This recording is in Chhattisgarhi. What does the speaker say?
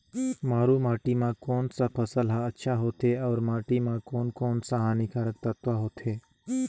मारू माटी मां कोन सा फसल ह अच्छा होथे अउर माटी म कोन कोन स हानिकारक तत्व होथे?